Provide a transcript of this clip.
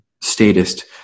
statist